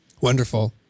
Wonderful